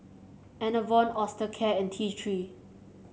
Enervon Osteocare and T Three